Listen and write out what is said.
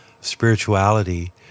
spirituality